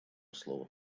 слово